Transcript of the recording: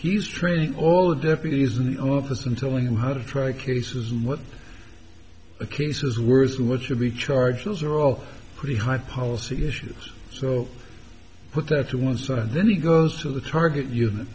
he's training all the deputies in the office and telling him how to try cases and what a cases worse than what you'd be charged those are all pretty high policy issues so put that to one side and then he goes to the target unit